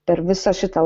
per visą šitą